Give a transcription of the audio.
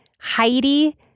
Heidi